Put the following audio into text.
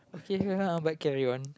okay but carry on